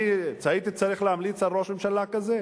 אני הייתי צריך להמליץ על ראש ממשלה כזה?